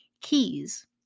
keys